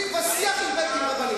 לי אין שיג ושיח עם בית-דין רבני.